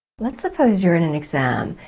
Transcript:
let's suppose you're in an exam,